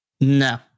No